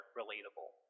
relatable